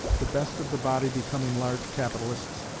the best of the body becoming large capitalists,